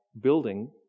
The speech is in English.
building